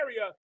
area